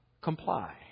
comply